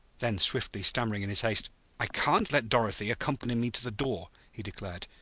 then swiftly, stammering in his haste i can't let dorothy accompany me to the door, he declared.